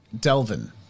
Delvin